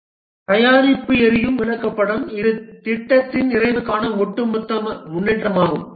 தயாரிப்பு எரியும் விளக்கப்படம் இது திட்டத்தின் நிறைவுக்கான ஒட்டுமொத்த முன்னேற்றமாகும்